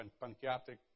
pancreatic